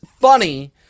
funny